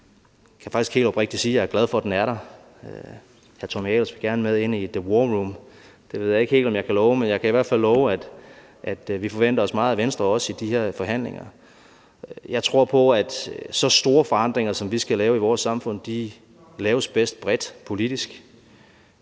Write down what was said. Jeg kan faktisk helt oprigtigt sige, at jeg er glad for, den er der. Hr. Tommy Ahlers vil gerne med ind i the war room. Det ved jeg ikke helt om jeg kan love, men jeg kan i hvert fald love, at vi forventer os meget af Venstre, også i de her forhandlinger. Jeg tror på, at så store forandringer, som vi skal lave i vores samfund, bedst laves politisk